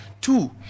Two